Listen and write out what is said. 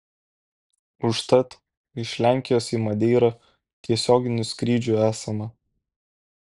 užtat iš lenkijos į madeirą tiesioginių skrydžių esama